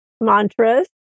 mantras